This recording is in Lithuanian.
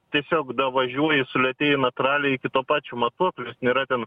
tiesiog davažiuoji sulėtėji natūraliai iki to pačio matuoklio jis nėra ten